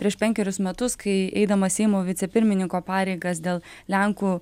prieš penkerius metus kai eidamas seimo vicepirmininko pareigas dėl lenkų